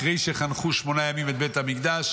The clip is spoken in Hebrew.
אחרי שחנכו שמונה ימים את בית המקדש.